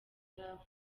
aravuga